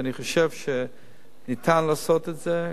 ואני חושב שאפשר לעשות את זה.